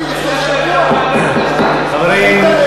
חברים,